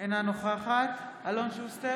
אינה נוכחת אלון שוסטר,